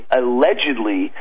allegedly